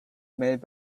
made